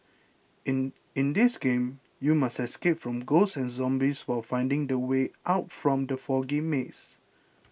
in in this game you must escape from ghosts and zombies while finding the way out from the foggy maze